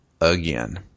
Again